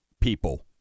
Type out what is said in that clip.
people